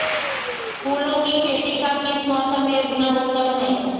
फूलों की खेती का किस मौसम में उगना उत्तम है?